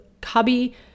cubby